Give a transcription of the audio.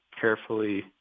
carefully